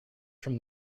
from